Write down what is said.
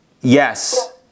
Yes